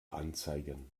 anzeigen